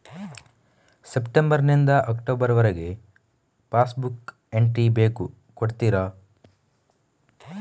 September ನಿಂದ October ವರಗೆ pass book entry ಬೇಕು ಕೊಡುತ್ತೀರಾ?